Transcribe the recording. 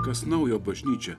kas naujo bažnyčia